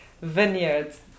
vineyards